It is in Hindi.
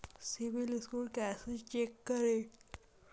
सिबिल स्कोर कैसे चेक करें?